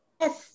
Yes